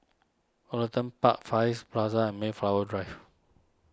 Woollerton Park Far East Plaza and Mayflower Drive